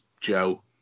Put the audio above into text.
Joe